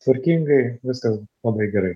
tvarkingai viskas labai gerai